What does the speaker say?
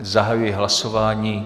Zahajuji hlasování.